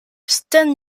sten